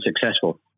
successful